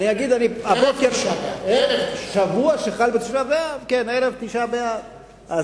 ערב תשעה באב.